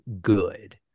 good